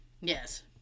Yes